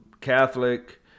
Catholic